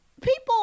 people